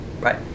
right